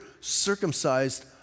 circumcised